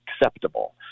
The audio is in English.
acceptable